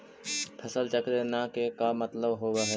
फसल चक्र न के का मतलब होब है?